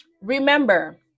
Remember